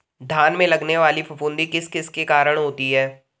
धान में लगने वाली फफूंदी किस किस के कारण होती है?